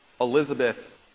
Elizabeth